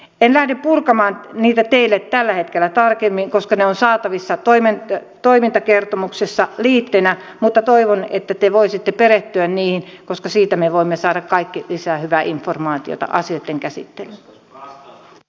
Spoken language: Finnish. en lähde purkamaan niitä teille tällä hetkellä tarkemmin koska ne ovat saatavissa toimintakertomuksessa liitteenä mutta toivon että te voisitte perehtyä niihin koska siitä me voimme saada kaikki lisää hyvää informaatiota asioitten käsittelyyn